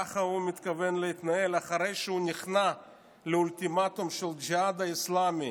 ככה הוא מתכוון להתנהל אחרי שהוא נכנע לאולטימטום של הג'יהאד האסלאמי